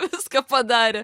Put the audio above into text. viską padarė